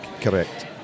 correct